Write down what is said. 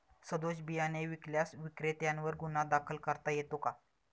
सदोष बियाणे विकल्यास विक्रेत्यांवर गुन्हा दाखल करता येतो का?